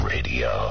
Radio